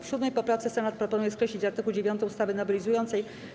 W 7. poprawce Senat proponuje skreślić art. 9 ustawy nowelizującej.